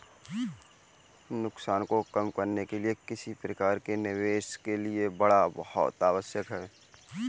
नुकसान को कम करने के लिए किसी भी प्रकार के निवेश के लिए बाड़ा बहुत आवश्यक हैं